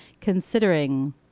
considering